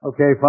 Okay